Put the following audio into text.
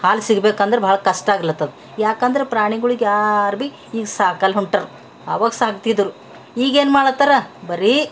ಹಾಲು ಸಿಗ್ಬೇಕಂದ್ರೆ ಭಾಳ ಕಷ್ಟ ಆಗ್ಲತ್ತದೆ ಯಾಕಂದ್ರೆ ಪ್ರಾಣಿಗಳಿಗೆ ಯಾರು ಭಿ ಈಗ ಸಾಕಲು ಹೊಂಟರ ಆವಾಗ ಸಾಕ್ತಿದ್ದರು ಈಗ ಏನು ಮಾಡ್ಲತ್ತರ ಬರೀ